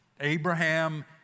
Abraham